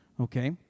okay